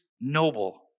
noble